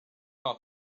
off